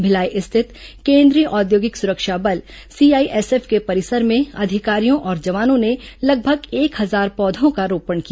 भिलाई स्थित केंद्रीय औद्योगिक सुरक्षा बल सीआईएसएफ के परिसर में अधिकारियों और जवानों ने लगभग एक हजार पौधों का रोपण किया